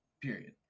period